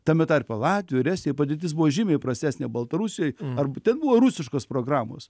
tame tarpe latvijoj ir estijoj padėtis buvo žymiai prastesnė baltarusijoj arba ten buvo rusiškos programos